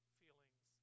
feelings